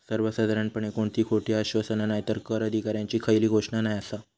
सर्वसाधारणपणे कोणती खोटी आश्वासना नायतर कर अधिकाऱ्यांची खयली घोषणा नाय आसा